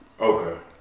okay